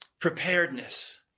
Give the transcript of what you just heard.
preparedness